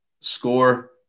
score